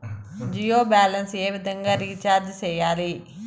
Jio balance ఏ విధంగా recharge సేయాలి?